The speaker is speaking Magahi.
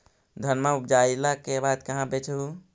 धनमा उपजाईला के बाद कहाँ बेच हू?